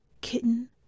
kitten